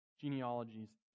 genealogies